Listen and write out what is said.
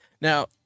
Now